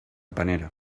panera